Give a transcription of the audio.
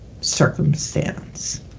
circumstance